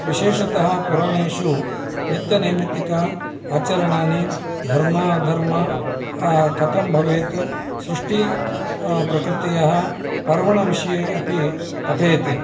विशेषतः पुराणेषु नित्यनैमित्तिक आचरणानि धर्म अधर्मः कथं भवेत् सृष्टिः प्रकृतयः पर्वणविषये अपि कथयति